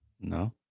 No